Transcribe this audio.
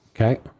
Okay